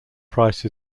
price